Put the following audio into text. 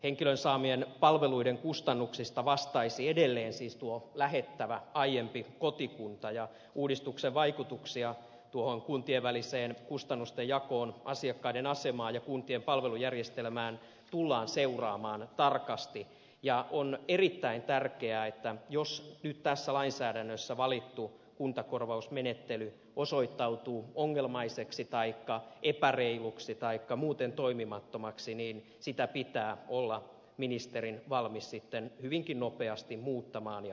henkilön saamien palveluiden kustannuksista vastaisi edelleen siis tuo lähettävä aiempi kotikunta ja uudistuksen vaikutuksia tuohon kuntien väliseen kustannustenjakoon asiakkaiden asemaan ja kuntien palvelujärjestelmään tullaan seuraamaan tarkasti ja on erittäin tärkeää että jos nyt tässä lainsäädännössä valittu kuntakorvausmenettely osoittautuu ongelmaiseksi taikka epäreiluksi taikka muuten toimimattomaksi niin sitä pitää olla ministerin valmis sitten hyvinkin nopeasti muuttamaan ja tarkistamaan